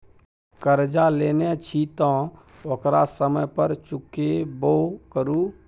करजा लेने छी तँ ओकरा समय पर चुकेबो करु